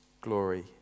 glory